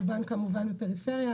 רובן כמובן בפריפריה,